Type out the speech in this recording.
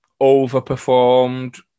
overperformed